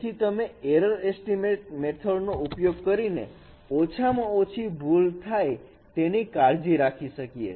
તેથી અમે error estimate મેથડનો ઉપયોગ કરીને ઓછામાં ઓછી ભૂલો થાય તેની કાળજી રાખીએ છીએ